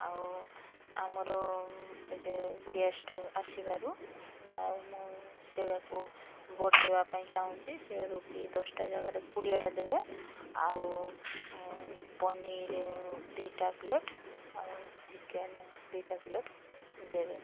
ଆଉ ଆମର ଏବେ ଗେଷ୍ଟ୍ ଆସିବାରୁ ଆଉ ମୁଁ ସେୟାକୁ ବଢାଇବା ପାଇଁ ଚାହୁଁଛି ସେ ରୁଟି ଦଶଟା ଜାଗାରେ କୋଡ଼ିଏଟା ଦେବେ ଆଉ ପନିର୍ ଦୁଇଟା ପ୍ଲେଟ୍ ଆଉ ଚିକେନ୍ ଦୁଇଟା ପ୍ଲେଟ୍ ଦେବେ